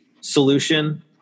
solution